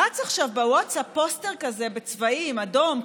רץ עכשיו בווטסאפ פוסטר בצבעים אדום,